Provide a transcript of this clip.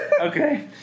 Okay